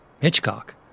Hitchcock